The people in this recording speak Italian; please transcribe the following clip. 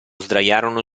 sdraiarono